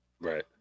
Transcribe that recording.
right